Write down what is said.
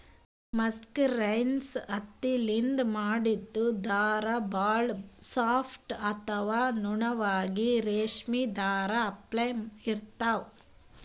mercerised ಹತ್ತಿಲಿಂತ್ ಮಾಡಿದ್ದ್ ಧಾರಾ ಭಾಳ್ ಸಾಫ್ ಅಥವಾ ನುಣುಪಾಗಿ ರೇಶ್ಮಿ ಧಾರಾ ಅಪ್ಲೆ ಇರ್ತಾವ್